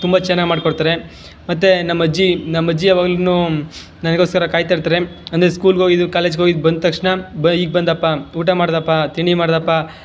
ತುಂಬ ಚೆನ್ನಾಗಿ ಮಾಡ್ಕೊಡ್ತಾರೆ ಮತ್ತು ನಮ್ಮಜ್ಜಿ ನಮ್ಮಜ್ಜಿ ಯಾವಾಗ್ಲು ನನಗೋಸ್ಕರ ಕಾಯ್ತಾ ಇರ್ತಾರೆ ಅಂದರೆ ಸ್ಕೂಲ್ಗೆ ಹೋಗಿದ್ದು ಕಾಲೇಜಿಗೆ ಹೋಗಿದ್ದು ಬಂದ ತಕ್ಷಣ ಬ ಈಗ ಬಂದಪ್ಪಾ ಊಟ ಮಾಡ್ದಪ್ಪಾ ತಿಂಡಿ ಮಾಡ್ದಪ್ಪಾ